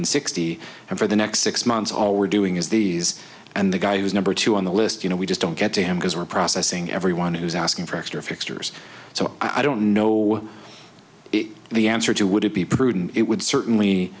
hundred sixty and for the next six months all we're doing is these and the guy who's number two on the list you know we just don't get to him because we're processing everyone who's asking for extra fixtures so i don't know the answer to would it be prudent it would certainly